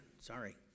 Sorry